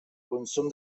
consum